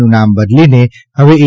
નું નામ બદલીને હવે એ